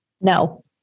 No